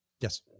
Yes